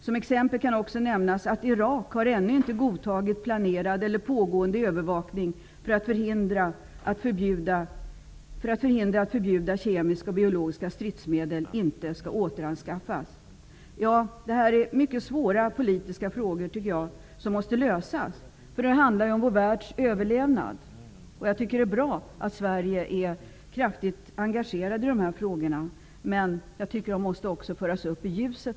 Som exempel kan också nämnas att Irak ännu inte har godtagit planerad eller pågående övervakning för att förhindra att förbjudna kemiska och biologiska stridsmedel återanskaffas. Det här är mycket svåra politiska frågor, tycker jag, som måste lösas. Det handlar ju om vår världs överlevnad. Det är bra att Sverige är kraftigt engagerat i de här frågorna. Men jag tycker att de också mera måste föras fram i ljuset.